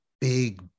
big